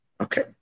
Okay